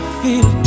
feel